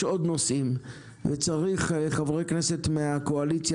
עוד נושאים וצריך חברי כנסת מהקואליציה,